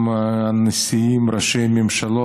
גם נשיאים וראשי ממשלות,